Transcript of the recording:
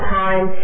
time